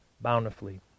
bountifully